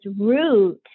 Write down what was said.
root